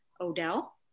Odell